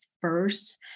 first